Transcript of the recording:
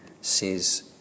says